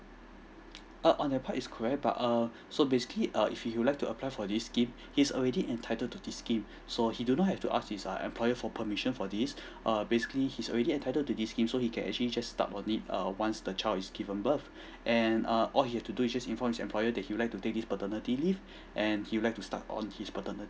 err on that part is correct but err so basically err if he would like to apply for this scheme he's already entitled to this scheme so he do not has to ask his err employer for permission for this err basically he's already entitled to this scheme so he can actually just start on it err once the child is given birth and err all he has to do he just inform his employer that he would like to take this paternity leave and he would like to start on his paternity leave